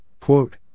quote